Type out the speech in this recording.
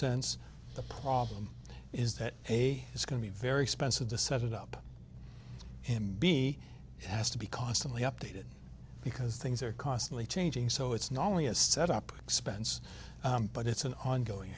sense the problem is that a it's going to be very expensive the set up and b has to be costly updated because things are constantly changing so it's not only a set up expense but it's an ongoing